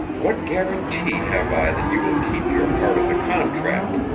what guarantee have i that you will keep your part of the contract?